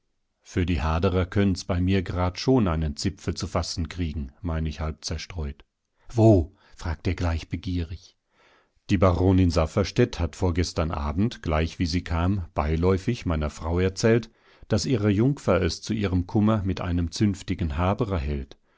für die haderer können's bei mir gerad schon einen zipfel zu fassen kriegen mein ich halb zerstreut wo fragt er gleich begierig die baronin safferstätt hat vorgestern abend gleich wie sie kam beiläufig meiner frau erzählt daß ihre jungfer es zu ihrem kummer mit einem zünftigen haberer hält